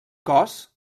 cos